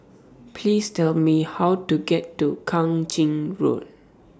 Please Tell Me How to get to Kang Ching Road